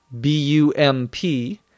B-U-M-P